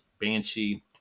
Banshee